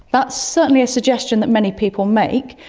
that's certainly a suggestion that many people make.